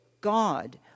God